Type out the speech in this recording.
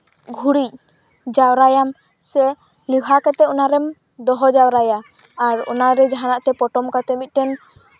ᱜᱩᱲᱤᱡ ᱡᱟᱣᱨᱟᱭᱟᱢ ᱥᱮ ᱞᱮᱣᱦᱟ ᱠᱟᱛᱮ ᱚᱱᱟ ᱨᱮᱢ ᱫᱚᱦᱚ ᱡᱟᱣᱨᱟᱭᱟ ᱟᱨ ᱚᱱᱟ ᱨᱮ ᱡᱟᱦᱟᱸᱱᱟᱜ ᱛᱮ ᱯᱚᱴᱚᱢ ᱠᱟᱛᱮ ᱢᱤᱫᱴᱮᱱ